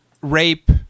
Rape